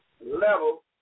level